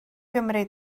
gymri